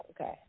Okay